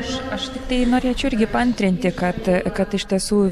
aš aš tiktai norėčiau irgi paantrinti kad kad iš tiesų